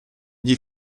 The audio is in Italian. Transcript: gli